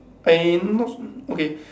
I not okay